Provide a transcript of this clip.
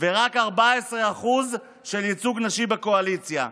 ורק 14% של ייצוג נשי בקואליציה.